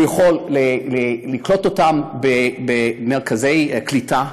היא יכולה לקלוט אותם במרכזי קליטה,